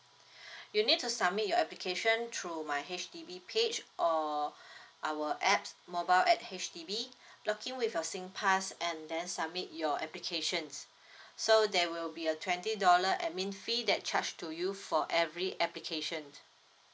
you need to submit your application through my H_D_B page or our apps mobile at H_D_B log in with your singpass and then submit your applications so there will be a twenty dollar admin fee that charge to you for every application